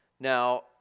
Now